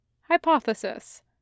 Hypothesis